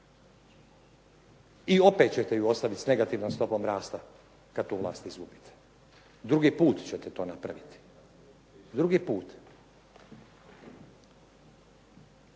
I opet ćete ju ostaviti sa negativnom stopom rasta kada tu vlast izgubite. Drugi put ćete to napraviti. Drugi put.